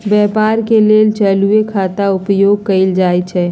व्यापार के लेल चालूये खता के उपयोग कएल जाइ छइ